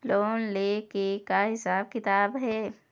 Loan ले के का हिसाब किताब हे?